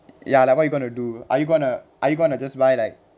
ya like what you are going to do are you going to are you going to just buy like